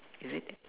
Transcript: is it